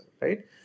right